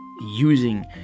using